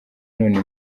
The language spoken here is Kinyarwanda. none